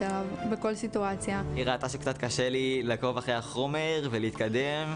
את כל אנשי החינוך במדינת ישראל,